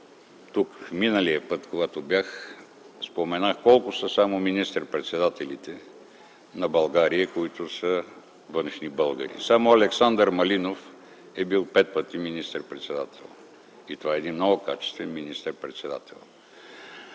Миналият път, когато бях тук, споменах колко са само министър председателите на България, които са външни българи. Само Александър Малинов е бил пет пъти министър-председател и той е бил много качествен министър-председател.